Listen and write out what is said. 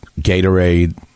Gatorade